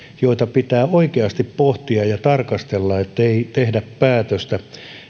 joita pitää oikeasti pohtia ja tarkastella ettei tehdä päätöstä